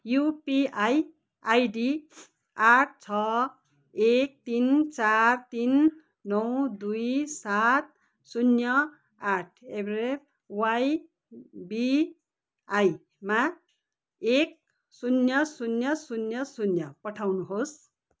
UPI ID आठ छ एक तिन चार तिन नौ दुई सात शून्य आठ एट द रेट वाइबिआईमा एक शून्य शून्य शून्य शून्य पठाउनुहोस्